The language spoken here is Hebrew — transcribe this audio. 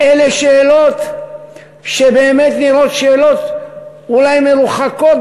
אלה שאלות שבאמת נראות שאלות אולי מרוחקות